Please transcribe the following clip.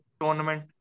tournament